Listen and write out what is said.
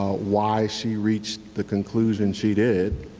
why she reached the conclusion she did.